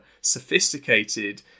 sophisticated